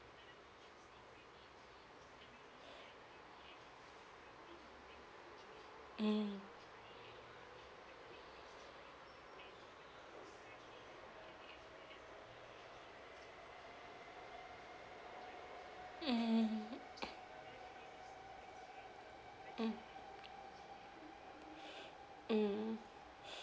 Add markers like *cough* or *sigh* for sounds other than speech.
mm mmhmm mmhmm *noise* mm *breath* mm *breath*